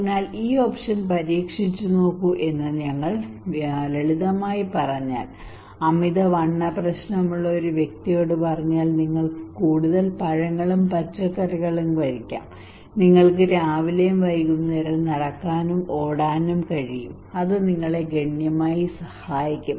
അതിനാൽ ഈ ഓപ്ഷൻ പരീക്ഷിച്ചുനോക്കൂ എന്ന് ഞങ്ങൾ ലളിതമായി പറഞ്ഞാൽ അമിതവണ്ണ പ്രശ്നമുള്ള ഒരു വ്യക്തിയോട് പറഞ്ഞാൽ നിങ്ങൾക്ക് കൂടുതൽ പഴങ്ങളും പച്ചക്കറികളും കഴിക്കാം നിങ്ങൾക്ക് രാവിലെയും വൈകുന്നേരവും നടക്കാനും ഓടാനും കഴിയും അത് നിങ്ങളെ ഗണ്യമായി സഹായിക്കും